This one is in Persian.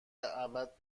ابد